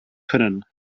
können